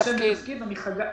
אני מאגף